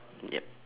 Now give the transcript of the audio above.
yup